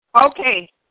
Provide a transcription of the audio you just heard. Okay